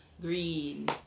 Green